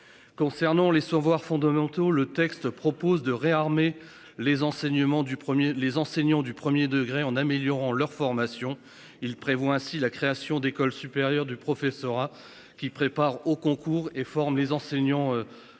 Concernant les savoirs fondamentaux, le texte propose de réarmer les enseignements du 1er les enseignants du 1er degré en améliorant leur formation. Il prévoit ainsi la création d'écoles supérieures du professorat qui prépare aux concours et forment les enseignants et